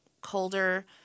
colder